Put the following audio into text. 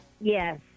Yes